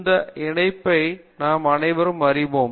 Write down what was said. அந்த இணைப்பை நாம் அனைவரும் அறிவோம்